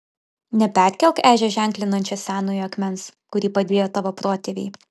neperkelk ežią ženklinančio senojo akmens kurį padėjo tavo protėviai